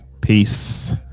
peace